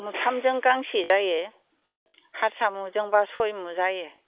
मुथामजों गांसे जायो हारसा मुजोंबा सय मु जायो